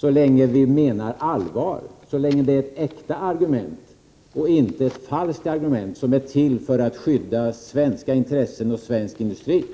så länge vi menar allvar och så länge det är ett äkta argument och inte ett falskt argument, som är till för att skydda svenska intressen och svensk industri.